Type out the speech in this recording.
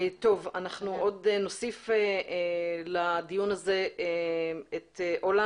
טוב, אנחנו נוסיף לדיון הזה את עולא